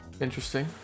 Interesting